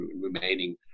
remaining